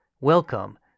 Welcome